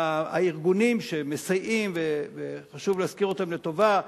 הארגונים שמסייעים, חשוב להזכיר אותם לטובה,